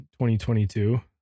2022